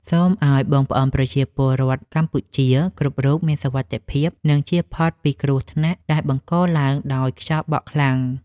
សូមឱ្យបងប្អូនប្រជាពលរដ្ឋកម្ពុជាគ្រប់រូបមានសុវត្ថិភាព និងចៀសផុតពីគ្រោះថ្នាក់ដែលបង្កឡើងដោយខ្យល់បក់ខ្លាំង។